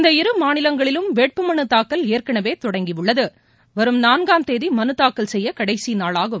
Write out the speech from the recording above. இந்த இரு மாநிலங்களிலும் வேட்புமனுதாக்கல் ஏற்களவே தொடங்கியுள்ளது வரும் நான்காம் தேதி மனுதாக்கல் செய்ய கடைசிநாளாகும்